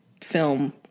film